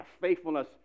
faithfulness